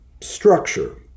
structure